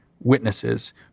witnesses